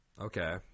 Okay